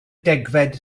degfed